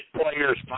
players